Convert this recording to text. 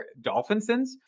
Dolphinsons